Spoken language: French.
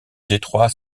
détroit